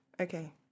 Okay